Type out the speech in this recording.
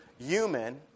human